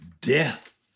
death